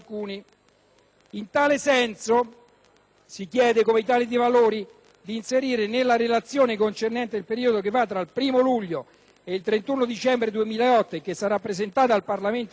In tal senso, il Gruppo dell'Italia dei Valori chiede di inserire nella Relazione concernente il periodo che va dal 1° luglio al 31 dicembre 2008 e che sarà presentata al Parlamento a breve,